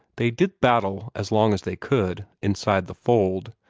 they did battle as long as they could, inside the fold,